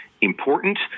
important